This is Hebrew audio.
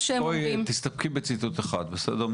תסתפקי בציטוט אחד, בבקשה.